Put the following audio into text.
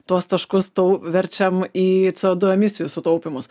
tuos taškus tau verčiam į cė o du emisijų sutaupymus